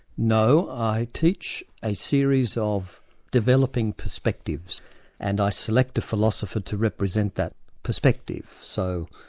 no, i teach a series of developing perspectives and i select a philosopher to represent that perspective. so,